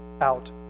out